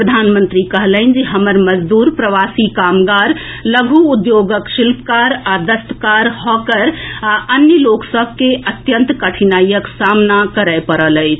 प्रधानमंत्री कहलनि जे हमर मजदूर प्रवासी कामगार लघु उद्योगक शिल्पकार आ दस्तकार हॉकर आ अन्य लोक सभ के अत्यंत कठिनाईक सामना करए पड़ल अछि